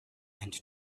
and